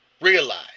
realize